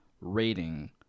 rating